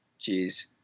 Jeez